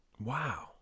Wow